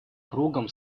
кругом